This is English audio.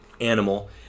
animal